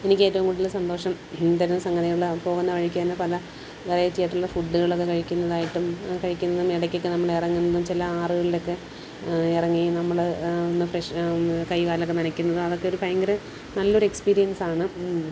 എനിക്ക് ഏറ്റവും കൂടുതൽ സന്തോഷം തരുന്ന സംഗതികളിൽ പോകുന്ന വഴിക്ക് തന്നെ പല വെറൈറ്റി ആയിട്ടുള്ള ഫുഡുകളൊക്കെ കഴിക്കുന്നതായിട്ടും കഴിക്കുന്നനിടയ്ക്കൊക്കെ നമ്മൾ ഇറങ്ങുമ്പം ചില ആറുകളിലൊക്കെ ഇറങ്ങി നമ്മൾ ഒന്ന് ഫ്രഷ് ഒന്ന് കൈകാലൊക്കെ നനക്കുന്നതും അതൊക്കെ ഒരു ഭയങ്കര നല്ലൊരു എക്സ്പീരിയൻസ് ആണ്